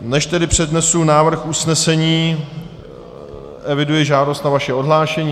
Než tedy přednesu návrh usnesení, eviduji žádost na vaše odhlášení.